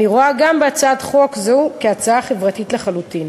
אני רואה גם בהצעת חוק זו הצעה חברתית לחלוטין,